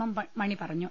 M Mani പറഞ്ഞു